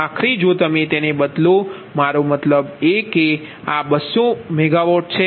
આખરે જો તમે તેને બદલો મારો મતલબ કે આ 200 આ મેગાવોટ છે